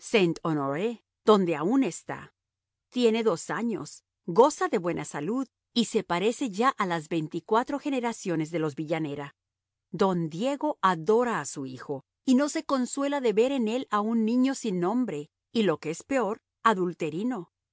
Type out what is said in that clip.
donde aun está tiene dos años goza de buena salud y se parece ya a las veinticuatro generaciones de los villanera don diego adora a su hijo y no se consuela de ver en él a un niño sin nombre y lo que es peor adulterino